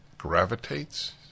Gravitates